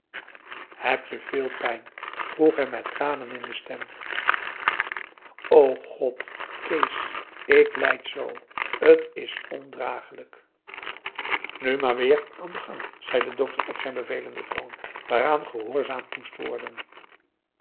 hebt je veel pijn vroeg hij met tranen in de stem o god kees ik lijd zoo t is ondragelijk nu maar weer aan den gang zei de dokter op zijn bevelenden toon waaraan gehoorzaamd moest worden